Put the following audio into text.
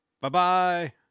Bye-bye